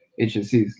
HSCs